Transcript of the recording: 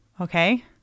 Okay